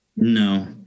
No